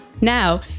Now